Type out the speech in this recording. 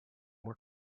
were